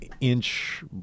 inch